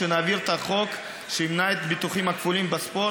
כשנעביר את החוק שימנע את הביטוחים הכפולים בספורט,